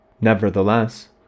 Nevertheless